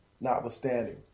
notwithstanding